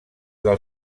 del